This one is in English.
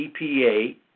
EPA